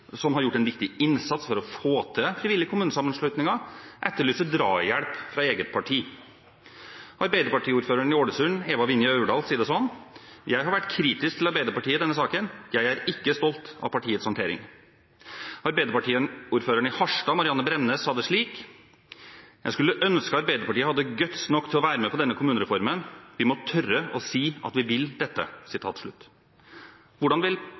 som har gjort en viktig innsats for å få til frivillige kommunesammenslutninger, etterlyser drahjelp fra eget parti. Arbeiderpartiordføreren i Ålesund, Eva Vinje Aurdal, sier det sånn: Jeg har vært kritisk til Arbeiderpartiet i denne saken. Jeg er ikke stolt av partiets håndtering. Arbeiderpartiordføreren i Harstad, Marianne Bremnes, sa det slik: «Jeg skulle ønske Arbeiderpartiet hadde guts nok til å være med på denne kommunereformen. Vi må tørre å si at vi vil dette.» Hvordan vil